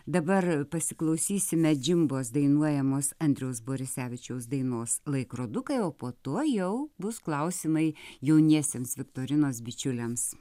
dabar pasiklausysime džimbos dainuojamos andriaus borisevičiaus dainos laikrodukai o po to jau bus klausimai jauniesiems viktorinos bičiuliams